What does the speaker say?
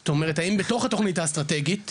זאת אומרת, האם בתוך התכנית האסטרטגית,